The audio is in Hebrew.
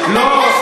דמוקרטי?